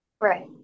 Right